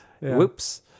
Whoops